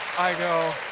i go.